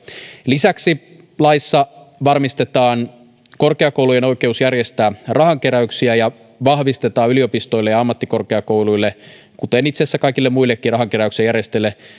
lisäksi laissa varmistetaan korkeakoulujen oikeus järjestää rahankeräyksiä ja vahvistetaan yliopistoille ja ammattikorkeakouluille kuten itse asiassa kaikille muillekin rahankeräyksen järjestäjille